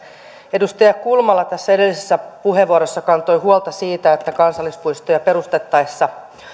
edustaja kulmala edellisessä puheenvuorossa kantoi huolta siitä että kansallispuistoja perustettaessa